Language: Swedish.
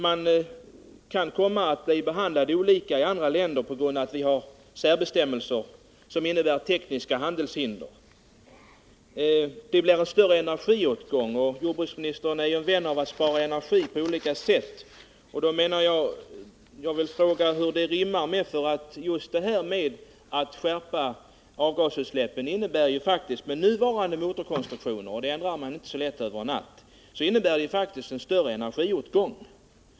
Svensk bilindustri kan komma att bli annorlunda behandlad i andra länder på grund av att Sverige har särbestämmelser som innebär tekniska handelshinder. Det blir en större energiåtgång. Och eftersom jordbruksministern ju är en vän av att spara energi på olika sätt vill jag fråga hur han kan acceptera en skärpning av reglerna för avgasutsläppen, vilken ju faktiskt innebär — med nuvarande motorkonstruktioner, som man inte ändrar så lätt över en natt — en större energiåtgång.